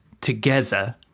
together